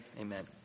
amen